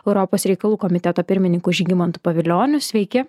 europos reikalų komiteto pirmininku žygimantu pavilioniu sveiki